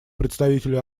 представителю